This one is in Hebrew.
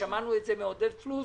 ושמענו את זה מעודד פלוס,